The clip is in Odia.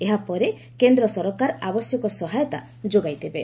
ଏହାପରେ କେନ୍ଦ୍ର ସରକାର ଆବଶ୍ୟକ ସହାୟତା ଯୋଗାଇଦେବେ